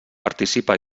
participa